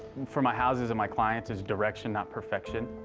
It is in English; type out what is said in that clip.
for my houses and my clients it's direction, not perfection,